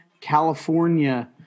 California